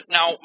Now